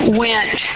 went